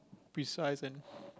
precise and